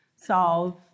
solve